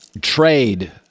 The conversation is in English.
trade